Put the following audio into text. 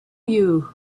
you